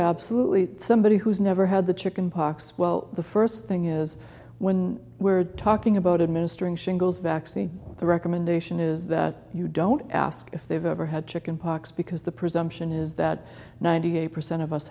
absolutely somebody who's never had the chicken pox well the first thing is when we're talking about administering shingles vaccine the recommendation is that you don't ask if they've ever had chicken pox because the presumption is that ninety eight percent of us